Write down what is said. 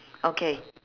okay